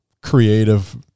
creative